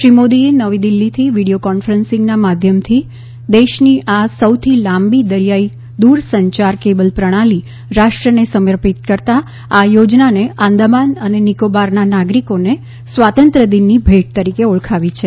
શ્રી મોદી નવી દિલ્હીથી વીડીયો કોન્ફરન્સીંગના માધ્યમથી દેશની આ સૌથી લાંબી દરીયાઇ દુરસંચાર કેબલ પ્રણાલી રાષ્ટ્રને સમર્પિત કરતાં આ યોજનાને આંદામાન અને નિકોબારના નાગરિકોને સ્વાતંત્ર્ય દિનની ભેટ તરીકે ઓળખાવી છે